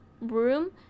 room